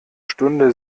stunde